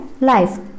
life